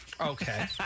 Okay